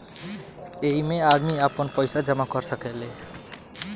ऐइमे आदमी आपन पईसा जमा कर सकेले